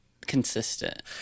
consistent